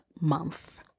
month